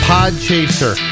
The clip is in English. Podchaser